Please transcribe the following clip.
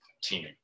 team